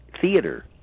theater